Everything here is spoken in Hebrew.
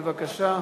בבקשה.